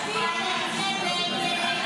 הסתייגות 51 לא נתקבלה.